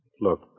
Look